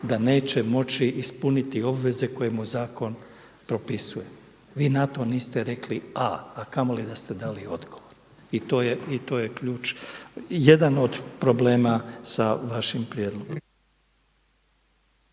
da neće moći ispuniti obveze koje mu zakon propisuje. Vi to niste rekli a, a kamoli da ste dali odgovor i to je jedan od problema sa vašim prijedlogom.